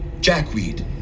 jackweed